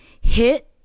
hit